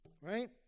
right